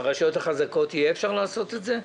ברשויות החזקות יהיה אפשר לעשות את זה?